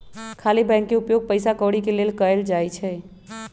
खाली बैंक के उपयोग पइसा कौरि के लेल कएल जाइ छइ